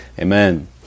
Amen